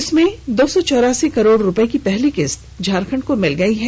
इसमें दो सौ चौरासी करोड़ रुपये की पहली किस्त झारखंड को मिल गयी है